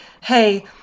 hey